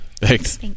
Thanks